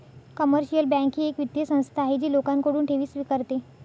commercial bank ही एक वित्तीय संस्था आहे जी लोकांकडून ठेवी स्वीकारते